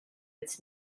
its